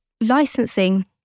licensing